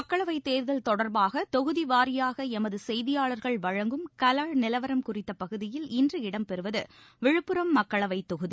மக்களவைத் தேர்தல் தொடர்பாக தொகுதி வாரியாக எமது செய்தியாளர்கள் வழங்கும் களநிலவரம் குறித்த பகுதியில் இன்று இடம் பெறுவது விழுப்புரம் மக்களவை தொகுதி